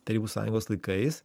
tarybų sąjungos laikais